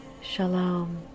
Shalom